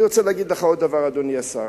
אני רוצה להגיד לך עוד דבר, אדוני השר.